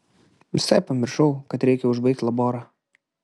visai pamiršau kad reikia užbaigt laborą